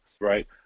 right